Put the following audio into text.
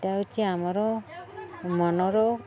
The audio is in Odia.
ଏଇଟା ହେଉଛି ଆମର ମନର